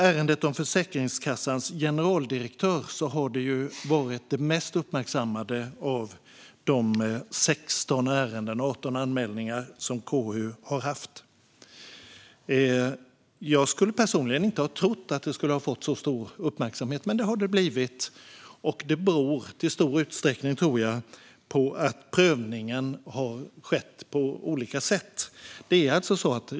Ärendet om Försäkringskassans generaldirektör har ju varit det mest uppmärksammade av de 16 ärenden och 18 anmälningar som KU har hanterat. Personligen trodde jag inte att det skulle få så stor uppmärksamhet. Men så blev det. Jag tror att det i stor utsträckning beror på att prövningen har skett på olika sätt.